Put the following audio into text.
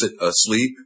asleep